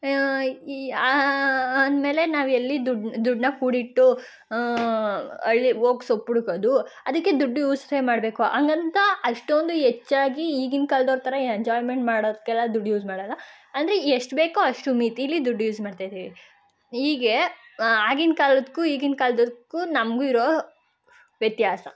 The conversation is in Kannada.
ಈ ಅಂದ ಮೇಲೆ ನಾವು ಎಲ್ಲಿ ದುಡ್ಡನ್ನ ಕೂಡಿಟ್ಟು ಹಳ್ಳಿಗ್ ಹೋಗ್ ಸೊಪ್ಪು ಹುಡ್ಕೋದು ಅದಕ್ಕೆ ದುಡ್ದು ಯೂಸೇ ಮಾಡಬೇಕು ಹಂಗಂತ ಅಷ್ಟೊಂದು ಹೆಚ್ಚಾಗಿ ಈಗಿನ ಕಾಲ್ದವ್ರ ಥರ ಎಂಜಾಯ್ಮೆಂಟ್ ಮಾಡೋದಕ್ಕೆಲ್ಲ ದುಡ್ಡು ಯೂಸ್ ಮಾಡೋಲ್ಲ ಅಂದರೆ ಎಷ್ಟು ಬೇಕೋ ಅಷ್ಟು ಮಿತೀಲ್ಲಿ ದುಡ್ಡು ಯೂಸ್ ಮಾಡ್ತಾ ಇದ್ದೇವೆ ಹೀಗೆ ಆಗಿನ ಕಾಲಕ್ಕೂ ಈಗಿನ ಕಾಲದಕ್ಕೂ ನಮ್ಗೂ ಇರೋ ವ್ಯತ್ಯಾಸ